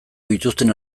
dituzten